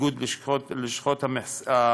איגוד לשכות המסחר,